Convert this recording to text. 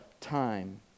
time